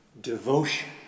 devotion